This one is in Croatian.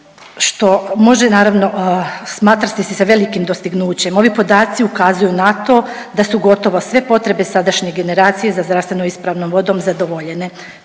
što može naravno smatrati se velikim dostignućem. Ovi podaci ukazuju na to da su gotovo sve potrebe sadašnje generacije za zdravstveno ispravnom vodom zadovoljene,